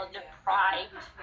deprived